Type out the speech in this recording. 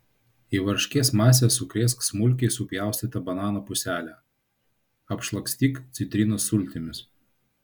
į varškės masę sukrėsk smulkiai supjaustytą banano puselę apšlakstyk citrinos sultimis